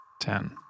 Ten